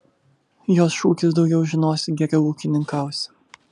jos šūkis daugiau žinosi geriau ūkininkausi